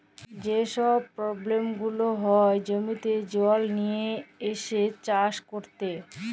যে ছব পব্লেম গুলা হ্যয় জমিতে জল লিয়ে আইসে চাষ ক্যইরতে